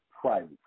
private